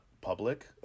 public